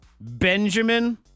Benjamin